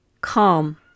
calm